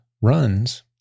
runs